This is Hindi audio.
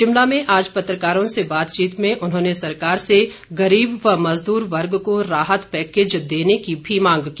शिमला में आज पत्रकारों से बातचीत में उन्होंने सरकार से गरीब व मजदूर वर्ग को राहत पैकेज देने की भी मांग की